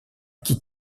kit